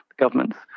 governments